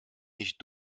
nicht